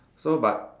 so but